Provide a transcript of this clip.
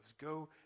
Go